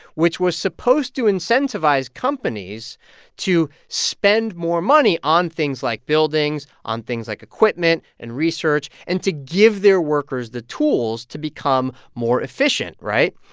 which was supposed to incentivize companies to spend more money on things like buildings, on things like equipment and research and to give their workers the tools to become more efficient, right?